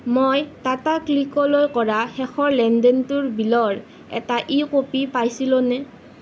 মই টাটাক্লিকলৈ কৰা শেষৰ লেনদেনটোৰ বিলৰ এটা ই কপি পাইছিলোঁনে